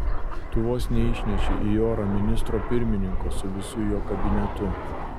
tu vos neišnešei į orą ministro pirmininko su visu jo kabinetu